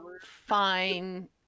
fine